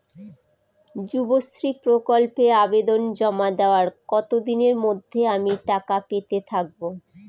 যুবশ্রী প্রকল্পে আবেদন জমা দেওয়ার কতদিনের মধ্যে আমি টাকা পেতে থাকব?